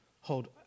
hold